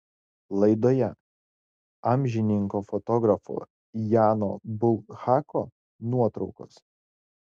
laidoje amžininko fotografo jano bulhako nuotraukos